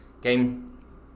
Game